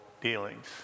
dealings